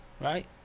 Right